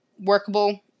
workable